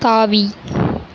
தாவி